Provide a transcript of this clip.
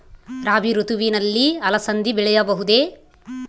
ರಾಭಿ ಋತುವಿನಲ್ಲಿ ಅಲಸಂದಿ ಬೆಳೆಯಬಹುದೆ?